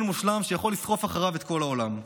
מושלם שיכול לסחוף אחריו את כל העולם.